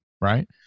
right